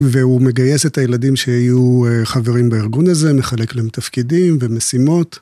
והוא מגייס את הילדים שיהיו חברים בארגון הזה, מחלק להם תפקידים ומשימות.